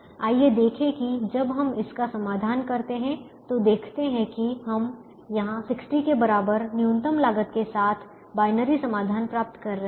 आइए देखें कि जब हम इसका समाधान करते हैं तो देखते है कि हम यहां 60 के बराबर न्यूनतम लागत के साथ बायनरी समाधान प्राप्त कर रहे हैं